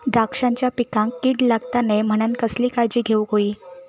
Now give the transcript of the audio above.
द्राक्षांच्या पिकांक कीड लागता नये म्हणान कसली काळजी घेऊक होई?